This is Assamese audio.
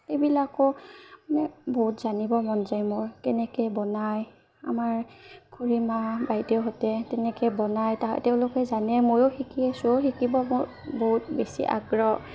এইবিলাকো মানে বহুত জানিব মন যায় মোৰ কেনেকৈ বনায় আমাৰ খুৰীমা বাইদেউহঁতে তেনেকৈ বনায় তা তেওঁলোকে জানে ময়ো শিকি আছোঁ শিকিব মোৰ বহুত বেছি আগ্ৰহ